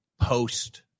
post